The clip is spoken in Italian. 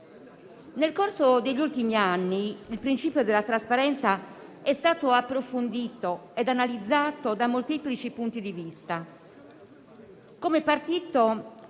Nel corso degli ultimi anni il principio della trasparenza è stato approfondito ed analizzato da molteplici punti di vista. Nel nostro